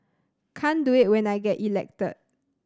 can't do it when I get elected